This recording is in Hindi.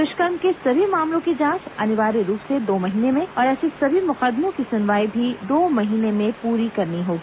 दुष्कर्म के सभी मामलों की जांच अनिवार्य रूप से दो महीने में और ऐसे सभी मुकदमों की सुनवाई भी दो महीने में पूरी करनी होगी